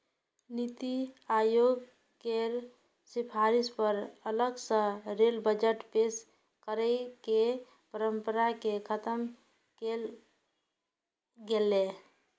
नीति आयोग केर सिफारिश पर अलग सं रेल बजट पेश करै के परंपरा कें खत्म कैल गेलै